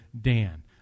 Dan